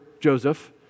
Joseph